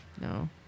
no